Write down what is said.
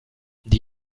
die